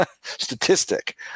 statistic